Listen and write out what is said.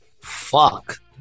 Fuck